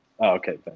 Okay